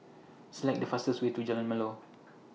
Select The fastest Way to Jalan Melor